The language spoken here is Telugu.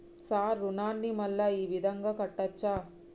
సార్ రుణాన్ని మళ్ళా ఈ విధంగా కట్టచ్చా?